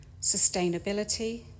sustainability